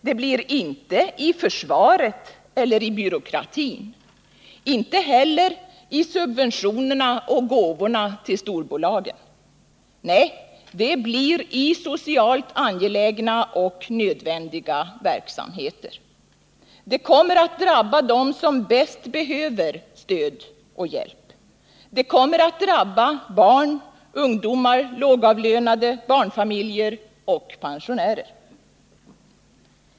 Det blir inte i försvaret eller i byråkratin, inte heller i subventionerna och gåvorna till storbolagen. Nej, det blir i socialt angelägna och nödvändiga verksamheter. Det kommer att drabba dem som bäst behöver stöd och hjälp. Det kommer att drabba barn, ungdomar, lågavlönade, barnfamiljer och pensionärer.